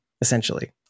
essentially